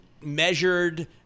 measured